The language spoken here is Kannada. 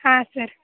ಹಾಂ ಸರ್